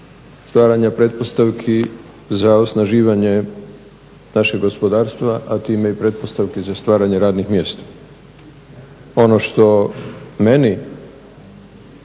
stvaranja pretpostavki za osnaživanje našeg gospodarstva a time i pretpostavke za stvaranje radnih mjesta. Ono što meni